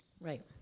Right